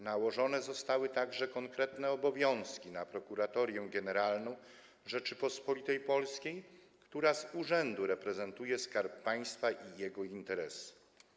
Nałożone zostały także konkretne obowiązki na Prokuratorię Generalną Rzeczypospolitej Polskiej, która z urzędu reprezentuje Skarb Państwa i jego interesy.